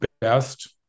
best